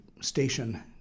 station